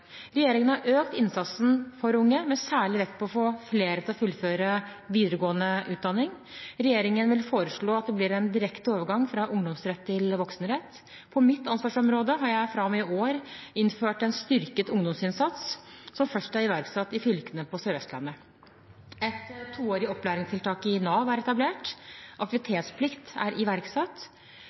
Regjeringen har økt innsatsen for unge, med særlig vekt på å få flere til å fullføre videregående utdanning. Regjeringen vil foreslå at det blir en direkte overgang fra ungdomsrett til voksenrett. På mitt ansvarsområde har jeg fra og med i år innført en styrket ungdomsinnsats, som først er iverksatt i fylkene på Sør-Vestlandet. Et toårig opplæringstiltak i Nav er etablert. Aktivitetsplikt er iverksatt.